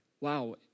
wow